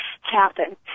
happen